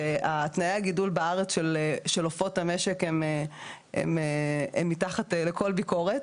תנאי הגידול בארץ של עופות המשק הם מתחת לכל ביקורת.